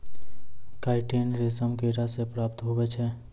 chitin रेशम किड़ा से प्राप्त हुवै छै